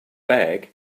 bag